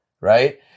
right